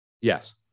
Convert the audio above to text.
Yes